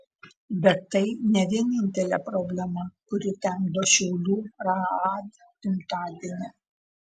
bet tai ne vienintelė problema kuri temdo šiaulių raad gimtadienį